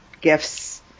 gifts